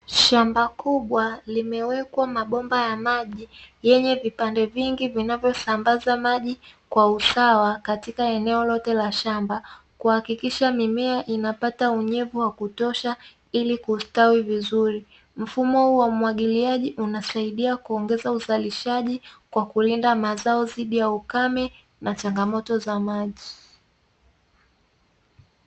Shamba kubwa limewekwa mabomba ya maji yenye vipande vingi vinavyosambaza maji kwa usawa katika eneo lote la shamba kuhakikisha mimea inapata unyevu wa kutosha ili kustawi vizuri, mfumo huu wa umwagiliaji unasaidia kuongeza uzalishaji kwa kulinda mazao dhidi ya ukame na changamoto za maji.